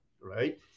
right